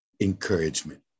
encouragement